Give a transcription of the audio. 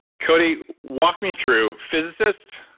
cody, walk me through physicist,